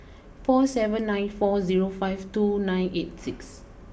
four seven nine four zero five two nine eight six